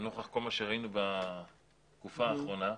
לאור כל מה שראניו בתקופה האחרונה.